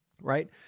right